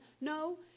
No